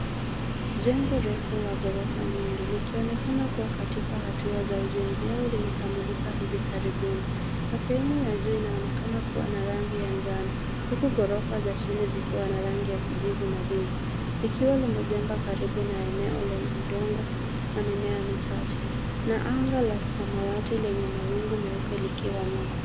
Jengo refu la gorofa nyingi likionekana kuwa katika hatua za ujenzi au limekamilika hivi karibuni na sehemu ya juu inaonekana kuwa na rangi ya njano huku gorofa za chini zikiwa na rangi ya kijivu na [cs beige likiwa limejengwa karibu na eneo lenye udongo na mimea michache na anga la samawati lenye mawingu meupe likiwa nyuma.